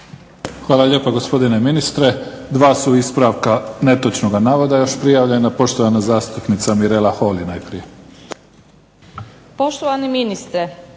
Hvala lijepa gospodine ministre. Dva su ispravka netočnoga navoda još prijavljeno. Poštovana zastupnica Mirela Holy, najprije.